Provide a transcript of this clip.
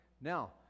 Now